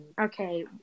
okay